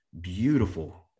beautiful